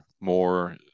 more